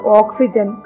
oxygen